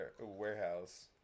warehouse